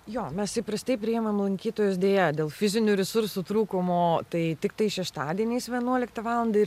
jo mes įprastai priimam lankytojus deja dėl fizinių resursų trūkumo tai tiktai šeštadieniais vienuoliktą valandą ir